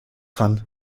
dran